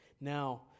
Now